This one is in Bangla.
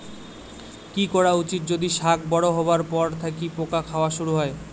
কি করা উচিৎ যদি শাক বড়ো হবার পর থাকি পোকা খাওয়া শুরু হয়?